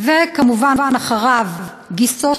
וכמובן אחריו גיסו,